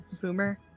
boomer